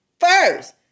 first